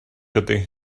ydy